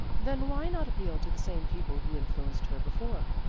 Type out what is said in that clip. then why not appeal to the same people who influenced her before?